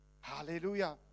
Hallelujah